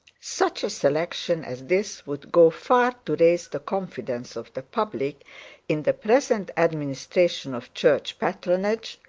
such a selection as this would go far to raise the confidence of the public in the present administration of church patronage,